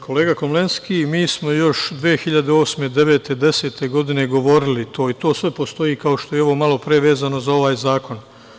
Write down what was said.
Kolega Komlenski, mi smo još 2008, 2009, 2010. godine govorili to i to, sve postoji, kao što je i ovo malopre vezano za ovaj zakon.